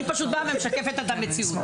אני פשוט באה ומשקפת את המציאות.